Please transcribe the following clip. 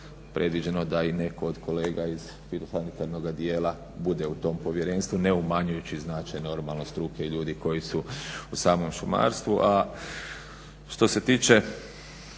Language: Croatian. predviđeno da i netko od kolega iz firosanitornoga dijela bude u tom povjerenstvu ne umanjujući značaj normalno struke i ljudi koji su u samom šumarstvu.